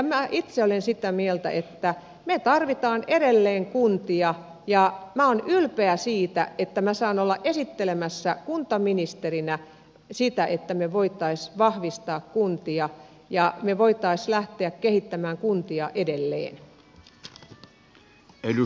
minä itse olen sitä mieltä että me tarvitsemme edelleen kuntia ja minä olen ylpeä siitä että minä saan olla esittelemässä kuntaministerinä sitä että me voisimme vahvistaa kuntia ja me voisimme lähteä kehittämään kuntia edelleen